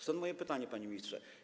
Stąd moje pytanie, panie ministrze.